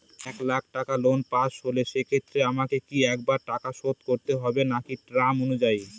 এক লাখ টাকা লোন পাশ হল সেক্ষেত্রে আমাকে কি একবারে টাকা শোধ করতে হবে নাকি টার্ম অনুযায়ী?